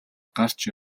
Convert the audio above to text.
гарч